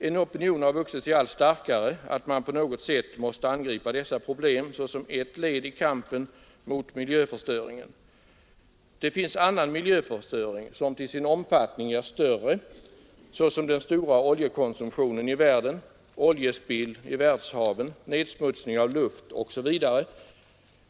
En opinion har vuxit sig allt starkare att man på något sätt måste angripa dessa problem såsom ett led i kampen mot miljöförstöringen. Det finns annan miljöförstöring som till sin omfattning är större, såsom den stora oljekonsumtionen i världen, oljespill i världshaven, nedsmutsning av luft osv.